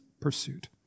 pursuit